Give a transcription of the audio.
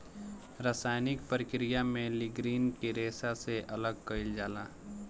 रासायनिक प्रक्रिया में लीग्रीन के रेशा से अलग कईल जाला